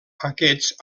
aquests